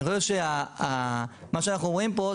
אני חושב שמה שאנחנו רואים פה,